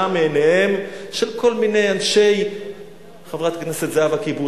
מעיניהם של כל מיני אנשי חברת הכנסת זהבה כיבוש,